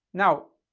now,